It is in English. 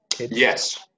Yes